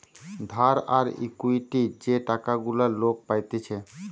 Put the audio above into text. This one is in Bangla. ধার আর ইকুইটি যে টাকা গুলা লোক পাইতেছে